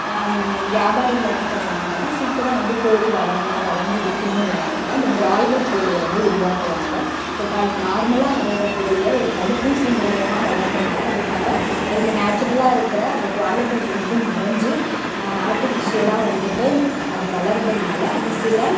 வியாபாரிகள் என்ன பண்ணுவாங்கனால் சீக்கிரம் வந்து கோழி வளரணும் வளர்ந்து விற்கிணுங்கற நேரத்தில் அந்த பிராய்லர் கோழிய வந்து உருவாக்குவாங்க ஸோ த நார்மலாக வளர்ற கோழிய ஒரு தடுப்பூசி மூலியமா வளர்த்தனால அதுக்காக அதுக்கு நாச்சுரலாக இருக்கிற அந்த குவாலிட்டிஸ் வந்து மறைஞ்சு ஆர்டிஃபிசியலாக வந்துட்டு அது வளர்றதுனால் அது சில